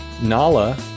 Nala